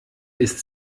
ist